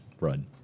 run